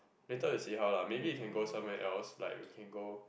later we see how lah maybe we can go somewhere else like we can go